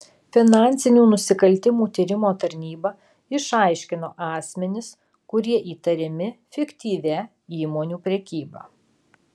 finansinių nusikaltimų tyrimo tarnyba išaiškino asmenis kurie įtariami fiktyvia įmonių prekyba